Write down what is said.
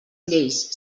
lleis